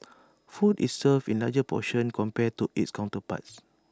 food is served in larger portions compared to its counterparts